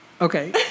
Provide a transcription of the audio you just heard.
Okay